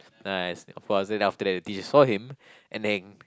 nice of course then after that the teacher saw him and then